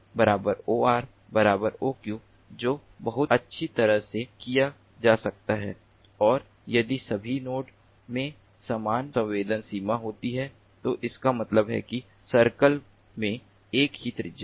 तो OP OR OQ जो बहुत अच्छी तरह से किया जा सकता है और यदि सभी नोड्स में समान संवेदन सीमा होती है तो इसका मतलब है कि सर्कल्स में एक ही त्रिज्या है